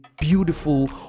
beautiful